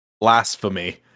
Blasphemy